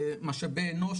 משאבי אנוש,